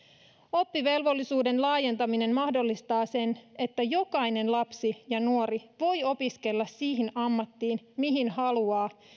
oppivelvollisuuden laajentaminen mahdollistaa sen että jokainen lapsi ja nuori voi opiskella siihen ammattiin mihin haluaa